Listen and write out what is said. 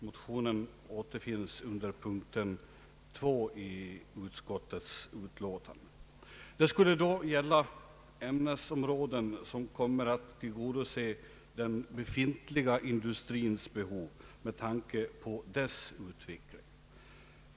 Motionerna återfinns under punkten 2 i utskottets utlåtande. Utbildningen skulle gälla ämnesområden som kommer att tillgodose den befintliga industrins behov med tanke på dess utveckling.